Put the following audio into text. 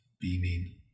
beaming